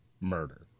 murder